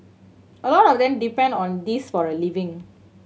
a lot of them depend on this for a living